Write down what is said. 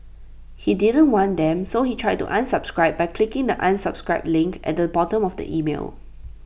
he didn't want them so he tried to unsubscribe by clicking the unsubscribe link at the bottom of the email